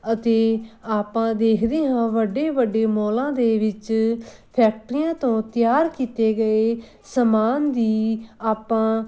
ਅਤੇ ਆਪਾਂ ਦੇਖਦੇ ਹਾਂ ਵੱਡੇ ਵੱਡੇ ਮੌਲਾਂ ਦੇ ਵਿੱਚ ਫੈਕਟਰੀਆਂ ਤੋਂ ਤਿਆਰ ਕੀਤੇ ਗਏ ਸਮਾਨ ਦੀ ਆਪਾਂ